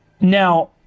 Now